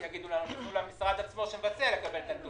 יגידו לנו שנפנה למשרד עצמו שמבצע כדי לקבל את הנתונים.